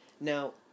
Now